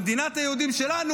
במדינת היהודים שלנו,